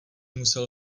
musel